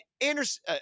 Anderson